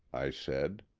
i said.